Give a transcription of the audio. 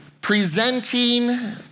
presenting